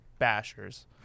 bashers